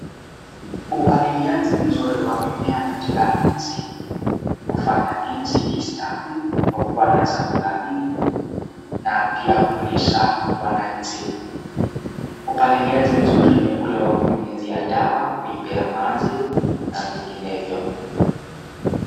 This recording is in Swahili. Upandiliaji mzuri wa mimea katika nchi, hufanya nchi istawi kwa kuwa na chakula mingi na pia kulisha wananchi . Upaliliaji mzuri ni ule wa kunyunyizia dawa, kuipea maji na vinginevyo.